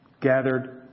gathered